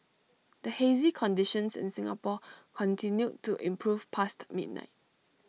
the hazy conditions in Singapore continued to improve past midnight